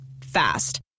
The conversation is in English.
Fast